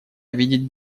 видеть